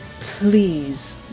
please